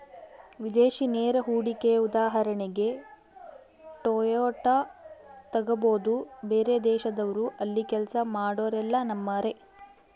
ವಿದೇಶಿ ನೇರ ಹೂಡಿಕೆಯ ಉದಾಹರಣೆಗೆ ಟೊಯೋಟಾ ತೆಗಬೊದು, ಬೇರೆದೇಶದವ್ರು ಅಲ್ಲಿ ಕೆಲ್ಸ ಮಾಡೊರೆಲ್ಲ ನಮ್ಮರೇ